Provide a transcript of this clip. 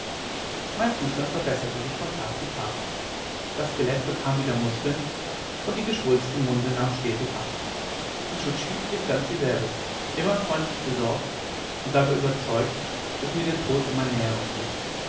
mein zustand verbesserte sich von tag zu tag das skelett bekam wieder muskeln und die geschwulst im munde nahm stetig ab nscho tschi blieb ganz dieselbe immer freundlich besorgt und dabei überzeugt daß mir der tod immer näher rücke